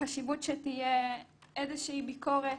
החשיבות שתהיה איזושהי ביקורת,